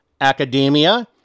academia